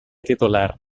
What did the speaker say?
titular